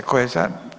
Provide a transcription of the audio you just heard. Tko je za?